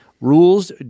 Rules